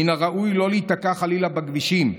מן הראוי לא להיתקע חלילה בכבישים,